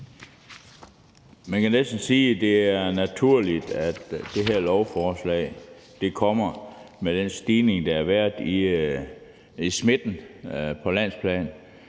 Man kan næsten sige, at det er naturligt, at det her lovforslag kommer, med den stigning, der har været i smitten på landsplan.